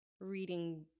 reading